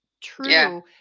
true